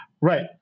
Right